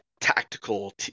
Tactical